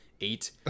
eight